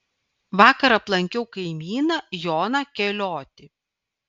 vakar aplankiau kaimyną joną keliotį